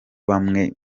bamwe